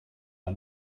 gar